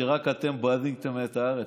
שרק אתם בניתם את הארץ,